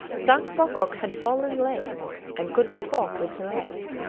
frank pocock had fallen lame and could not walk with the rest.